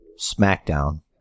Smackdown